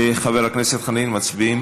חבר הכנסת חנין, מצביעים